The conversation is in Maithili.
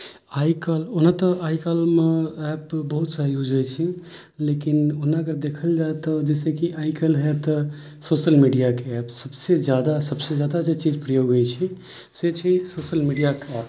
आइ काल्हि ओना तऽ आइ काल्हि मे ऐप बहुत सारा यूज होयि छै लेकिन ओना अगर देखल जाय तऽ जैसे की आइ काल्हि है तऽ सोशल मीडिया के ऐप सबसे जादा सबसे जादा जे चीज प्रयोग होइ छै से छै सोशल मीडिया के ऐप